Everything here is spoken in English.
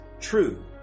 true